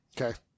Okay